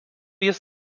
jis